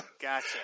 gotcha